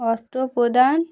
অস্ত্রপ্রদান